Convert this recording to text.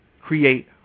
create